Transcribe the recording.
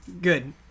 Good